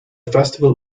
festival